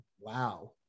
wow